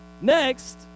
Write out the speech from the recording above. Next